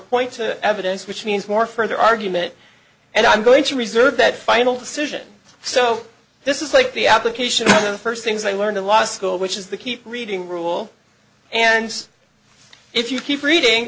point to evidence which means more further argument and i'm going to reserve that final decision so this is like the application of the first things i learned a lot of school which is the keep reading rule and if you keep reading